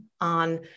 on